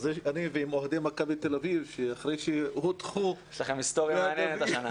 למרות שאוהדי מכבי תל-אביב הודחו מהגביע,